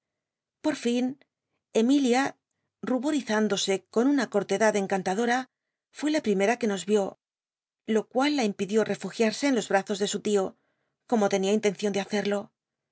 por fin emilin tubol'izdndose con una cojtedad encantadota fué la pl'imera que nos íó lo cual la impidió refugiarse en los bjazos de su lío como tenia intencion de hacerlo